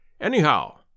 Anyhow